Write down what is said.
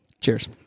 Cheers